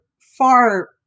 far